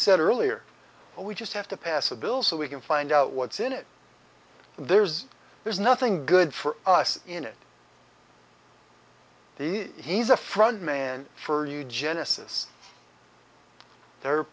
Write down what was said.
said earlier we just have to pass a bill so we can find out what's in it there's there's nothing good for us in it the he's a front man for you genesis their